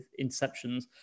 interceptions